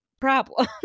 problem